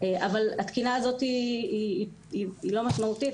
אבל התקינה הזאת היא לא משמעותית.